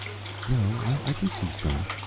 no. i can see some.